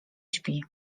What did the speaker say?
śpi